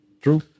True